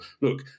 look